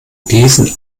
diesen